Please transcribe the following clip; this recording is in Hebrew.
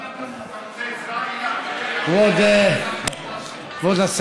אתה רוצה עזרה, כבוד השר,